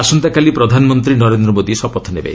ଆସନ୍ତାକାଲି ପ୍ରଧାନମନ୍ତ୍ରୀ ନରେନ୍ଦ୍ର ମୋଦି ଶପଥ ନେବେ